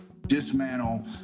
dismantle